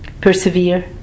persevere